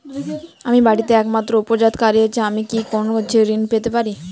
আমি বাড়িতে একমাত্র উপার্জনকারী আমি কি কোনো ঋণ পেতে পারি?